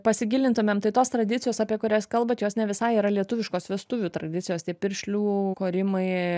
pasigilintumėm tai tos tradicijos apie kurias kalbat jos ne visai yra lietuviškos vestuvių tradicijos tie piršlių korimai